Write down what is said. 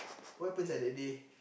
what happen sia that day